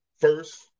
first